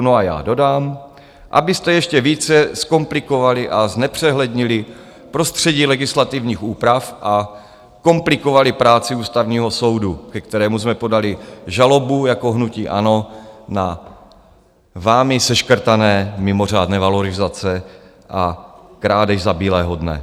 No a já dodám, abyste ještě více zkomplikovali a znepřehlednili prostředí legislativních úprav a komplikovali práci Ústavního soudu, ke kterému jsme podali žalobu jako hnutí ANO na vámi seškrtané mimořádné valorizace a krádež za bílého dne.